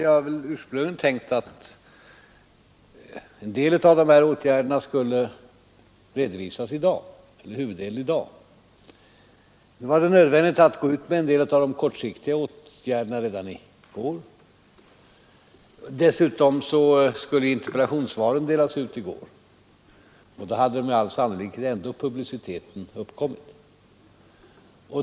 Jag hade ursprungligen tänkt att dessa åtgärder skulle redovisas i dag. Nu var det nödvändigt att gå ut med några av de kortsiktiga åtgärderna redan i går. Dessutom skulle interpellationssvaren delas ut i går, och då hade med all sannolikhet ändå publicitet uppkommit.